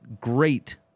great